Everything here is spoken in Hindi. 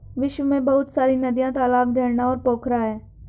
विश्व में बहुत सारी नदियां, तालाब, झरना और पोखरा है